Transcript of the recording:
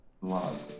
Love